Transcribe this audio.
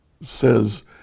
says